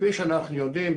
כפי שאנחנו יודעים,